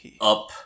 up